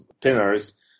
pinners